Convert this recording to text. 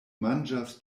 manĝas